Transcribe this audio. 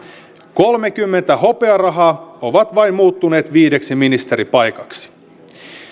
kolmekymmentä hopearahaa ovat vain muuttuneet viideksi ministeripaikaksi